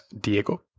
Diego